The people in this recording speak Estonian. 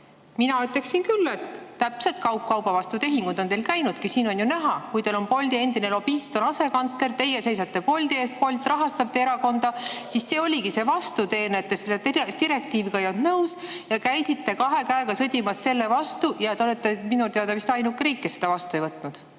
Mina ütleksin küll, et just kaup kauba vastu tehingud on teil käinud, siin on ju näha. Kui Bolti endine lobist on teil asekantsler, siis teie seisate Bolti eest, Bolt rahastab teie erakonda. See oligi see vastuteene, et te selle direktiiviga ei olnud nõus ja käisite kahe käega sõdimas selle vastu. Ja Eesti on minu teada ainuke riik, kes seda vastu ei võtnud.